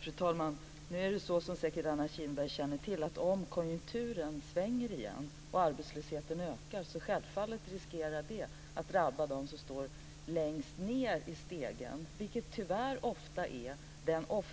Fru talman! Som säkert Anna Kinberg känner till är det så att om konjunkturen svänger igen och arbetslösheten ökar riskerar det självfallet att drabba den som står längst ned på stegen, vilket tyvärr ofta är